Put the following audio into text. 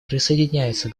присоединяется